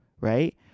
Right